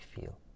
feel